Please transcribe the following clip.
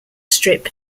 strip